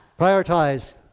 Prioritize